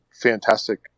fantastic